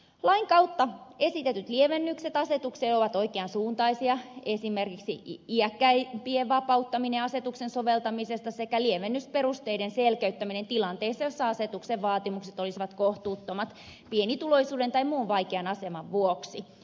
lain kautta esitetyt lievennykset asetukseen ovat oikean suuntaisia esimerkiksi iäkkäimpien vapauttaminen asetuksen soveltamisesta sekä lievennysperusteiden selkeyttäminen tilanteessa jossa asetuksen vaatimukset olisivat kohtuuttomat pienituloisuuden tai muun vaikean aseman vuoksi